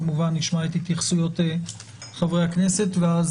כמובן שנשמע את התייחסויות חברי הכנסת ואת